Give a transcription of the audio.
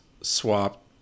swap